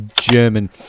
German